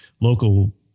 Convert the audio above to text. local